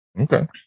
Okay